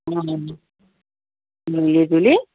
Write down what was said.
অঁ মিলিজুলি